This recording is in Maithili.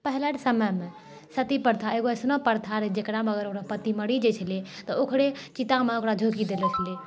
पहले रऽ समयमे सती प्रथा एगो अइसनो प्रथा रहै जेकरामे अगर ओकर पति मरि जाइत छलै तऽ ओकरे चितामे ओकरा झोकि देल जाइत छलै